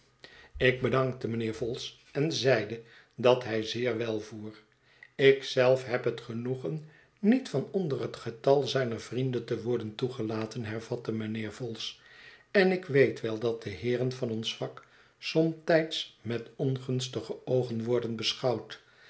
ik bedankte mijnheer vholes en zeide dat hij zeer wel voer ik zelf heb het genoegen niet van onder het getal zijner vrienden te worden toegelaten hervatte mijnheer vholes en ik weet wel dat de heeren van ons vak somtijds met ongunstige oogen worden beschouwd